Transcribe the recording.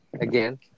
again